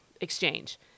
exchange